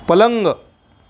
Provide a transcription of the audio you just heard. पलंग